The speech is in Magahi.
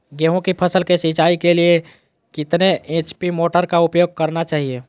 गेंहू की फसल के सिंचाई के लिए कितने एच.पी मोटर का उपयोग करना चाहिए?